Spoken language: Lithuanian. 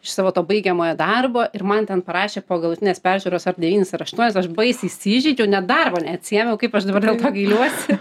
iš savo to baigiamojo darbo ir man ten parašė po galutinės peržiūros ar devynis ar aštuonis aš baisiai įsižeidžiau net darbo neatsiėmiau kaip aš dabar dėl to gailiuosi